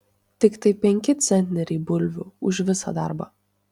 tiktai penki centneriai bulvių už visą darbą